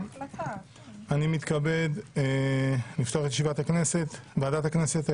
אני פותח את ישיבת ועדת הכנסת.